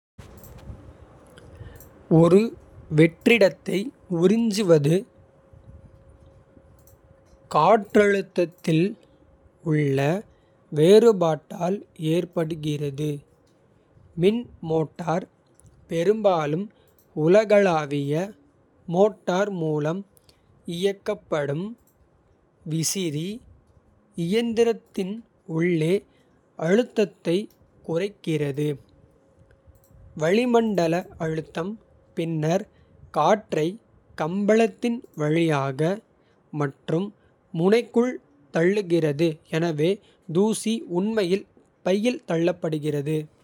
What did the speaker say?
ஒரு வெற்றிடத்தை உறிஞ்சுவது காற்றழுத்தத்தில். உள்ள வேறுபாட்டால் ஏற்படுகிறது மின் மோட்டார். பெரும்பாலும் உலகளாவிய மோட்டார் மூலம். இயக்கப்படும் விசிறி இயந்திரத்தின் உள்ளே. அழுத்தத்தைக் குறைக்கிறது வளிமண்டல. அழுத்தம் பின்னர் காற்றை கம்பளத்தின் வழியாக. மற்றும் முனைக்குள் தள்ளுகிறது எனவே தூசி. உண்மையில் பையில் தள்ளப்படுகிறது.